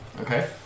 Okay